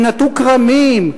שיינטעו כרמים,